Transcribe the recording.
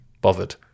bothered